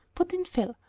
put in phil.